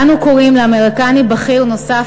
אנו קוראים לאמריקני בכיר נוסף